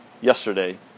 yesterday